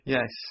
Yes